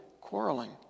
quarreling